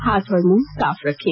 हाथ और मुंह साफ रखें